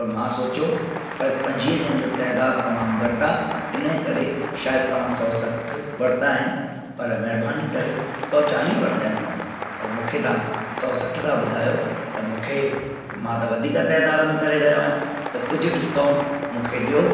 पर मां सोचियो पंजुवीह ॼणनि जो तइदादु तमामु घटि आहे हिनजे करे शायदि तव्हां सौ सठ पड़ता आहिनि पर महिरबानी करे सौ चालीअ वरिता आहिनि उनखां पर मूंखे तव्हां सौ सठ था ॿुधायो त मूंखे त मां त वधीक तइदादु में करे रहियो आहियां त कुझु डिस्काउंट मूंखे ॾियो